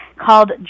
called